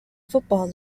football